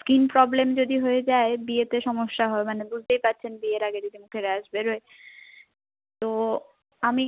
skin problem যদি হয়ে যায় বিয়েতে সমস্যা হবে মানে বুঝতেই পারছেন বিয়ের আগে যদি মুখে র্যাশ বেরোয় তো আমি